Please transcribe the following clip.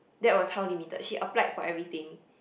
that was how limited she applied for everything